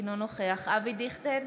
אינו נוכח אבי דיכטר,